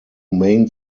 main